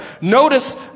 Notice